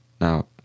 Now